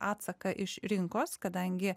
atsaką iš rinkos kadangi